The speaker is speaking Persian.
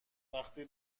وقتی